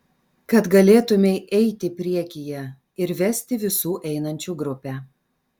kad galėtumei eiti priekyje ir vesti visų einančių grupę